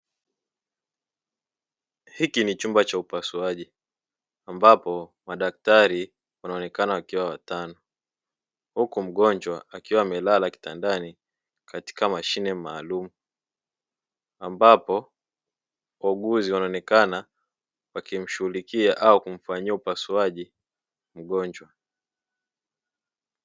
Hiki ni chumba cha upasuaji ambapo madaktari wanaonekana wakiwa watano, huku mgonjwa akiwa amelala kitandani katika mashine maalumu; ambapo wauguzi wanaonekana wakimshunghulikia au kumfanyia upasuaji mgonjwa.